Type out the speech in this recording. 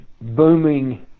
booming